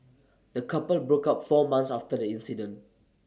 the couple broke up four months after the incident